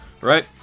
right